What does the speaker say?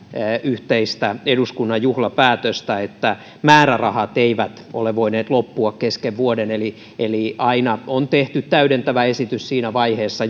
yhteistä eduskunnan juhlapäätöstä niin että määrärahat eivät ole voineet loppua kesken vuoden eli eli aina on tehty täydentävä esitys siinä vaiheessa